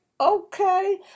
okay